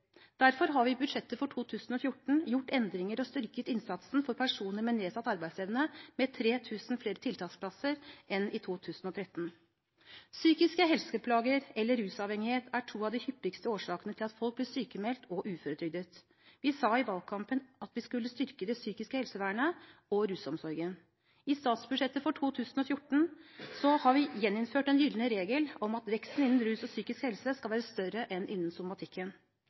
Derfor har vi i budsjettet for 2014 foretatt endringer og styrket innsatsen for personer med nedsatt arbeidsevne med 3 000 flere tiltaksplasser enn i 2013. Psykiske helseplager eller rusavhengighet er to av de hyppigste årsakene til at folk blir sykmeldt og uføretrygdet. Vi sa i valgkampen at vi skulle styrke det psykiske helsevernet og rusomsorgen. I statsbudsjettet for 2014 har vi gjeninnført den gylne regel om at veksten innenfor rus og psykisk helse skal være større enn innenfor somatikken.